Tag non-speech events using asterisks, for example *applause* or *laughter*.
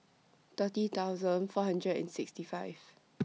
thirty thousand four hundred and sixty five *noise*